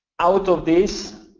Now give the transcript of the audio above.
out of this,